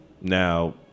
Now